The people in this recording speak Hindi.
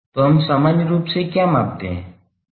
तो हम सामान्य रूप से क्या मापते हैं